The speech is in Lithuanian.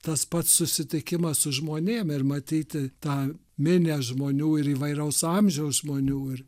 tas pats susitikimas su žmonėm ir matyti tą minią žmonių ir įvairaus amžiaus žmonių ir